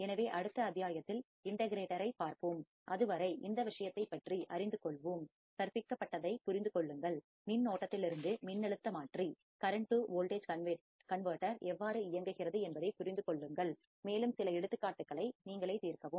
எனவே அடுத்த அத்தியாயத்தில் இண்ட கிரேட்டர் ஐப் பார்ப்போம் அதுவரை இந்த விஷயத்தைப் பற்றி அறிந்து கொள்வோம் கற்பிக்கப்பட்டதைப் புரிந்து கொள்ளுங்கள் மின் ஓட்டத்திலிருந்து மின்னழுத்த மாற்றி கரண்டு வோல்டேஜ் கன்வேர்டர் எவ்வாறு இயங்குகிறது என்பதைப் புரிந்து கொள்ளுங்கள் மேலும் சில எடுத்துக்காட்டுகளை நீங்களே தீர்க்கவும்